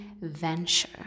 venture